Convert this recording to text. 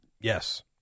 Yes